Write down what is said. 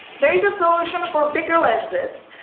there is a solution for bigger lenses.